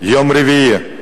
ביום רביעי,